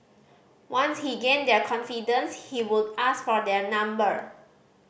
once he gained their confidence he would ask for their number